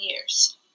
years